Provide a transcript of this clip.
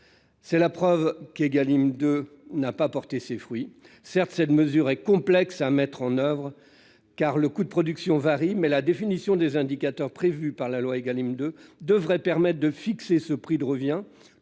C'est la preuve qu'Égalim 2 n'a pas porté ses fruits. Certes, cette mesure est complexe à mettre en oeuvre, car le coût de production varie, mais la définition des indicateurs prévus par la loi Égalim 2 devrait permettre de fixer ce prix de revient,